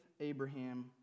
Abraham